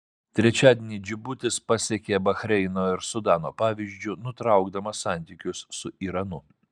trečiadienį džibutis pasekė bahreino ir sudano pavyzdžiu nutraukdamas santykius su iranu